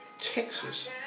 Texas